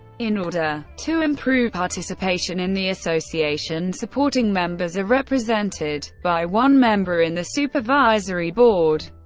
in order to improve participation in the association, supporting members are represented by one member in the supervisory board.